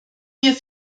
mir